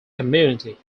community